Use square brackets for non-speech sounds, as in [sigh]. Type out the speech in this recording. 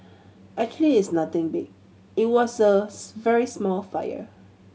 actually it's nothing big it was a [unintelligible] very small fire